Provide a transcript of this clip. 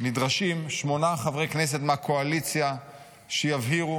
נדרשים שמונה חברי כנסת מהקואליציה שיבהירו